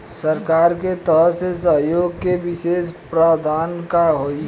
सरकार के तरफ से सहयोग के विशेष प्रावधान का हई?